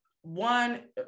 one